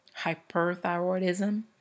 hyperthyroidism